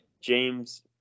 james